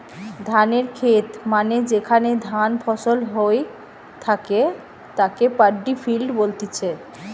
ধানের খেত মানে যেখানে ধান ফসল হই থাকে তাকে পাড্ডি ফিল্ড বলতিছে